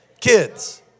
Kids